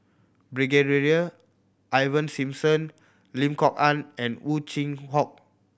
Ivan Simson Lim Kok Ann and Ow Chin Hock